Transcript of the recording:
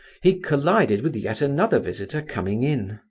he collided with yet another visitor coming in.